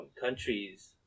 countries